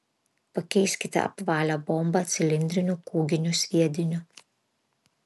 pakeiskite apvalią bombą cilindriniu kūginiu sviediniu